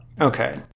Okay